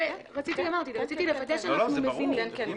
זה ברור.